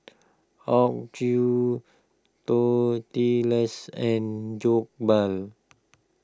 Tortillas and Jokbal